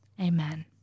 Amen